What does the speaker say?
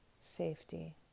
safety